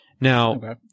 Now